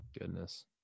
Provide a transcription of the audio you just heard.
Goodness